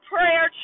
Prayer